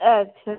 अच्छा